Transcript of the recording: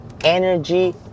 energy